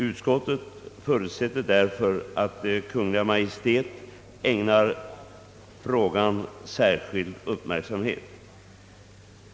Utskottet förutsätter därför att Kungl. Maj:t ägnar frågan särskild uppmärksamhet.